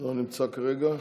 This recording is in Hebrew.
לא נמצא כרגע,